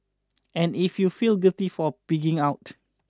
and if you feel guilty for pigging out